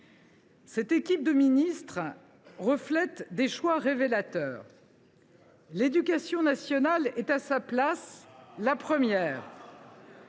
Cette équipe de ministres reflète des choix révélateurs. « L’éducation nationale est à sa place : la première